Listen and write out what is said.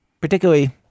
particularly